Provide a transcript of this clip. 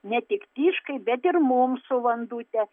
ne tik tyškai bet ir mums su vandute